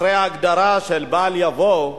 אחרי ההגדרה של "בעל" יבוא: